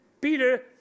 Peter